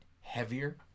heavier